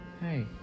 hey